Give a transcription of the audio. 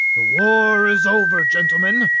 the war is over, gentlemen.